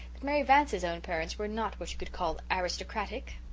that mary vance's own parents were not what you could call aristocratic.